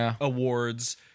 awards